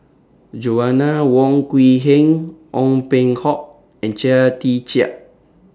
Joanna Wong Quee Heng Ong Peng Hock and Chia Tee Chiak